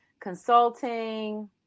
consulting